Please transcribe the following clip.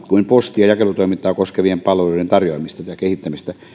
kuin posti ja jakelutoimintaa koskevien palveluiden tarjoamista ja kehittämistä